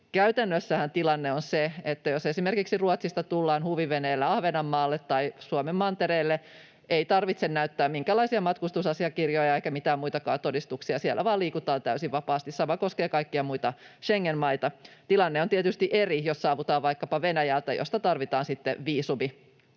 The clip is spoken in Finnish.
Käytännössähän tilanne on se, että jos esimerkiksi Ruotsista tullaan huviveneellä Ahvenanmaalle tai Suomen mantereelle, ei tarvitse näyttää minkäänlaisia matkustusasiakirjoja eikä mitään muitakaan todistuksia. Siellä vain liikutaan täysin vapaasti. Sama koskee kaikkia muitakin Schengen-maita. Tilanne on tietysti eri, jos saavutaan vaikkapa Venäjältä, josta tarvitaan sitten viisumi